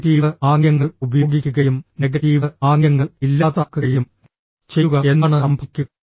positive ആംഗ്യങ്ങൾ ഉപയോഗിക്കുകയും negative ആംഗ്യങ്ങൾ ഇല്ലാതാക്കുകയും ചെയ്യുക എന്താണ് സംഭവിക്കുക